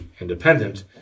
independent